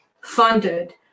funded